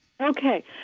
Okay